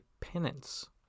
penance